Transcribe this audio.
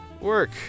work